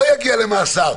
לא יגיע למאסר.